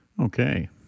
Okay